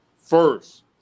first